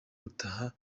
gutaha